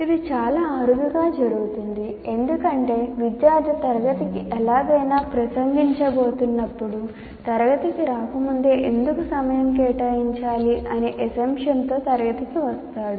ఇది చాలా అరుదుగా జరుగుతుంది ఎందుకంటే విద్యార్థి తరగతికి ఎలాగైనా ప్రసంగించబోతున్నప్పుడు తరగతికి రాకముందే ఎందుకు సమయం కేటాయించాలి అనే assumption తో తరగతికి వస్తాడు